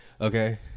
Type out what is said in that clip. Okay